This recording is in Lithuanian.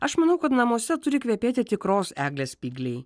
aš manau kad namuose turi kvepėti tikros eglės spygliai